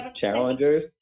challengers